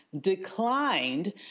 declined